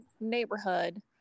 neighborhood